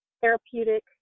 therapeutic